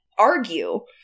argue